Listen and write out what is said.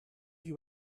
you